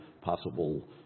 possible